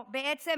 או בעצם,